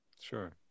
Sure